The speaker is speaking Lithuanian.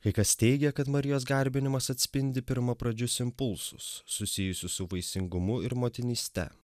kai kas teigia kad marijos garbinimas atspindi pirmapradžius impulsus susijusius su vaisingumu ir motinyste